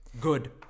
Good